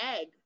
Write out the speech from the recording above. egg